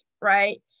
right